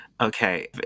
Okay